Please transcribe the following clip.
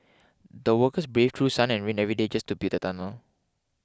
the workers braved through sun and rain every day just to build the tunnel